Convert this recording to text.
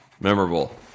memorable